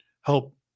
help